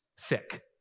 thick